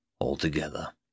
altogether